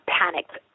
panicked